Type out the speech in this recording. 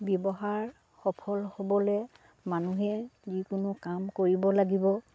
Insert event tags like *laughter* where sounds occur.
*unintelligible* সফল হ'বলে মানুহে যিকোনো কাম কৰিব লাগিব